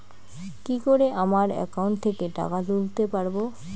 কি করে আমার একাউন্ট থেকে টাকা তুলতে পারব?